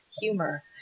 humor